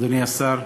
אדוני השר,